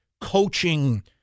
coaching